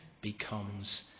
becomes